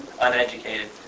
uneducated